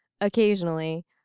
Occasionally